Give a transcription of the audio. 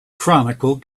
chronicle